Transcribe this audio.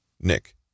Nick